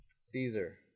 Caesar